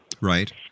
Right